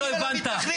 אם לא הבנת.